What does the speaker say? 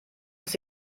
dass